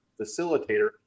facilitator